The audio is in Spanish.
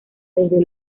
desde